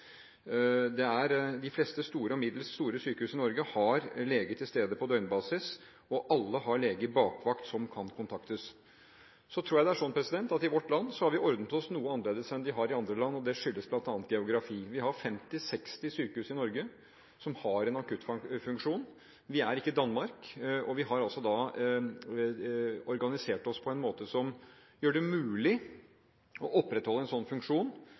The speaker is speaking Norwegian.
De fleste store og middels store sykehus i Norge har lege til stede på døgnbasis, og alle har lege i bakvakt som kan kontaktes. Så tror jeg det er slik at i vårt land har vi ordnet oss noe annerledes enn man har gjort i andre land. Det skyldes bl.a. geografi – vi har 50–60 sykehus i Norge, som har en akuttfunksjon – og vi er ikke Danmark. Vi har organisert oss på en måte som gjør det mulig å opprettholde en slik funksjon.